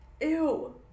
Ew